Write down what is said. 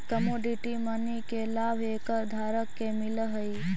commodity money के लाभ acre धारक के मिलऽ हई